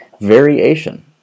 Variation